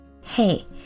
Hey